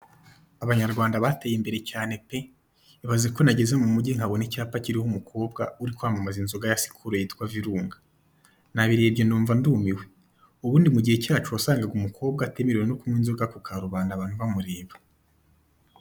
Abanyarwanda bateye imbere cyane pe! Ibaze ko nageze mu mugi nkabona icyapa kiriho umukobwa uri kwamamaza inzoga ya sikolo yitwa virunga, nabirebye numva ndumiwe. Ubundi mu gihe cyacu wasangaga umukobwa atemerewe kunywa inzoga ku karubanda abantu bamureba.